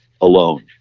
alone